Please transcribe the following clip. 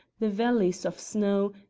the valleys of snow,